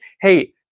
hey